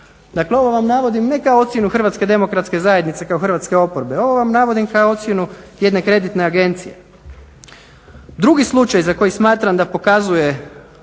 Dakle, ovo vam navodim ne kao ocjenu Hrvatske demokratske zajednice, kao hrvatske oporbe. Ovo vam navodim kao ocjenu jedne kreditne agencije. Drugi slučaj za koji smatram da pokazuje